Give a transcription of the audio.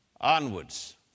onwards